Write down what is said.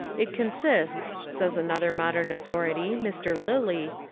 it consists, says an other modern authority, mr, lilly,